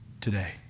today